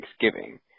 Thanksgiving